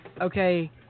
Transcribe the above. Okay